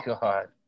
God